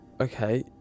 okay